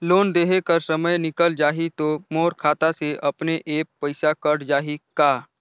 Loan देहे कर समय निकल जाही तो मोर खाता से अपने एप्प पइसा कट जाही का?